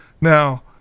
Now